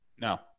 No